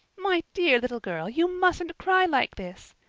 my dear little girl, you mustn't cry like this,